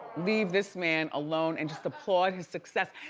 leave this man alone and just applaud his success.